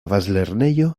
bazlernejo